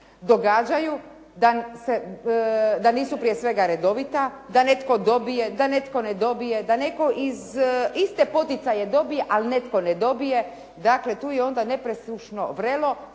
događaju da nisu prije svega redovita, da netko dobije, da netko ne dobije, da netko iste poticaje dobije ali netko ne dobije. Dakle tu je onda nepresušno vrelo